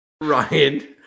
Ryan